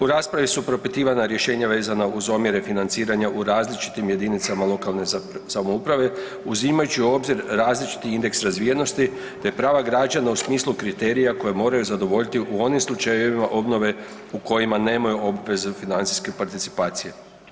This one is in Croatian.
U raspravi su propitivana rješenja vezana uz omjere financiranja u različitim JLS-ovima uzimajući u obzir različiti indeks razvijenosti, te prava građana u smislu kriterija koje moraju zadovoljiti u onim slučajevima obnove u kojima nemaju obveze financijske participacije.